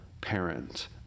parent